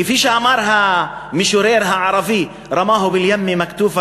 כפי שאמר המשורר הערבי: רמאה בּאל-ים מכּתופן